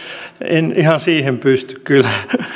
en ihan siihen pysty kyllä